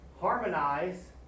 harmonize